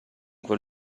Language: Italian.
quel